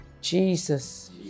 Jesus